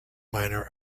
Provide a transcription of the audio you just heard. minor